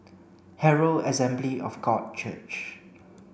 Herald Assembly of God Church